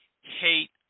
hate